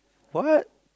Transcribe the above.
what